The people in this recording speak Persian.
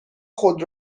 خود